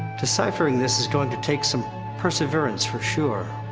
deciphering this is going to take some perseverance, for sure.